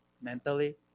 mentally